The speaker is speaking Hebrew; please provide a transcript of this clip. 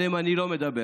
עליהם אני לא מדבר,